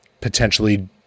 potentially